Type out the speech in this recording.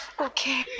Okay